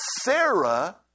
sarah